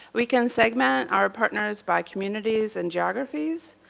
we can segment our partners by communities and geographies.